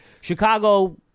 Chicago